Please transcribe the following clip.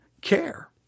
care